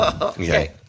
Okay